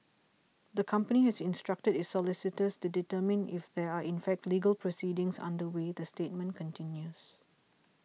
the company has instructed its solicitors to determine if there are in fact legal proceedings underway the statement continues